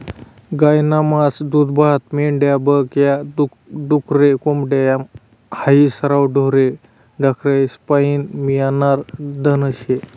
गायनं मास, दूधदूभतं, मेंढ्या बक या, डुकरे, कोंबड्या हायी सरवं ढोरे ढाकरेस्पाईन मियनारं धन शे